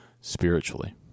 spiritually